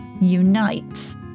unites